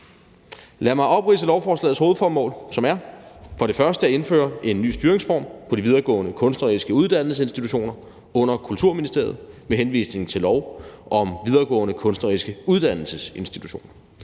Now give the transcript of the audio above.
Lad mig opridse lovforslagets hovedformål, som er for det første at indføre en ny styringsform på de videregående kunstneriske uddannelsesinstitutioner under Kulturministeriet med henvisning til lov om videregående kunstneriske uddannelsesinstitutioner,